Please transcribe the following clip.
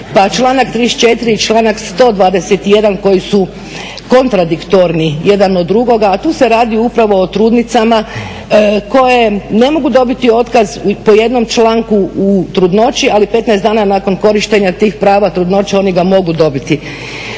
članak 34. i članak 121. koji su kontradiktorni jedan o drugoga, a tu se radi upravo o trudnicama koje ne mogu dobiti otkaz po jednom članku u trudnoći, ali 15 dana nakon korištenja tih prava trudnoće oni ga mogu dobiti.